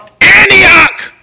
Antioch